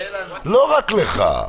לא רק לך.